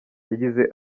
yagize